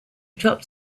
dropped